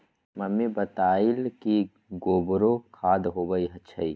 mummy बतअलई कि गोबरो खाद होई छई